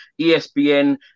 ESPN